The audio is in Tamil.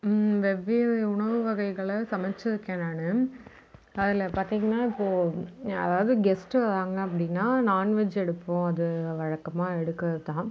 வெவ்வேறு உணவு வகைகளை சமைச்சிருக்கேன் நான் அதில் பார்த்திங்கன்னா இப்போது யாராவது கெஸ்ட்டு வராங்கள் அப்படின்னா நாண்வெஜ் எடுப்போம் அது வழக்கமாக எடுக்கிறது தான்